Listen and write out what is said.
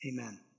Amen